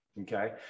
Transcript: Okay